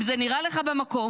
אם זה נראה לך במקום,